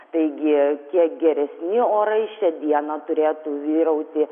taigi kiek geresni orai šią dieną turėtų vyrauti